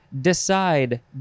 Decide